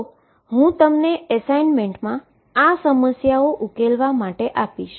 તો હુ તમને એસાઈનમેંટ મા આ સમસ્યાઓ ઉકેલવા માટે આપીશ